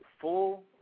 full